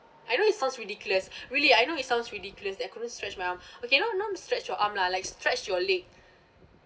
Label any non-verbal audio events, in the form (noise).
I know it sounds ridiculous (breath) really I know it sounds ridiculous that couldn't stretch my arm (breath) okay non non stretch your arm lah like stretch your leg